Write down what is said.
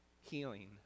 healing